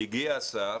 הגיע השר